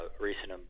recent